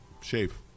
Shave